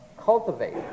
Cultivate